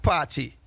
Party